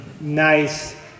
nice